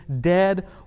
dead